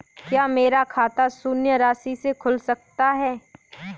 क्या मेरा खाता शून्य राशि से खुल सकता है?